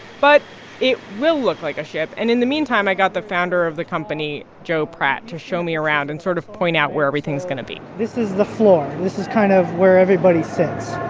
but it will look like a ship. and in the meantime, i got the founder of the company, joe pratt, to show me around and sort of point out where everything is going to be this is the floor. and this is kind of where everybody sits.